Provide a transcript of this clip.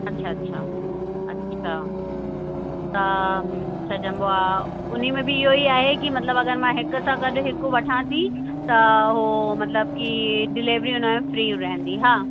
अच्छा अच्छा अच्छा त छा चइबो आहे हुन में बि इहो ई आहे कि मतलबु मां हिक सां हिकु वठां थी त उहो मतलब कि डिलेवरी हुन में फ़्री रहंदी हा